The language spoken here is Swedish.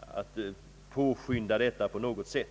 att påskynda en sådan utveckling.